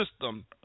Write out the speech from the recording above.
system